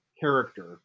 character